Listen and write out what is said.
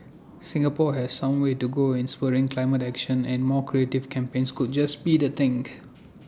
Singapore has some way to go in spurring climate action and more creative campaigns could just be the think